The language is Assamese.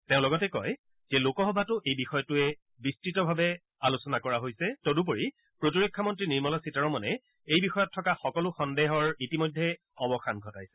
তেওঁ লগতে কয় যে লোকসভাতো এই বিষয়টোৱে বিস্তৃতভাৱে আলোচনা কৰা হৈছে তথা প্ৰতিৰক্ষা মন্ত্ৰী নিৰ্মলা সীতাৰমণে এই বিষয়ত থকা সকলো সন্দেহ দূৰ কৰি দিছে